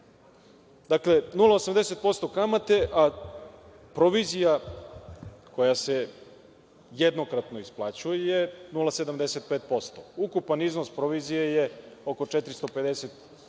0,80% kamate, a provizija koja se jednokratno isplaćuje 0,75%. Ukupan iznos provizije je oko 450.000